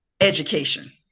education